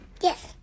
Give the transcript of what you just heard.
Yes